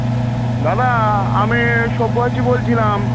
দাদা আমি সব্যসাচী বলছিলাম